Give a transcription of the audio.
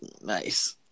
Nice